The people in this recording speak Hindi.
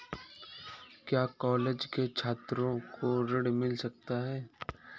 क्या कॉलेज के छात्रो को ऋण मिल सकता है?